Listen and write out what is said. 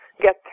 get